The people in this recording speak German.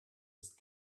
ist